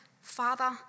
Father